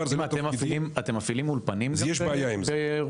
--- מה אתם מפעילים אולפנים גם ברוסיה?